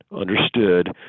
understood